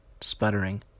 sputtering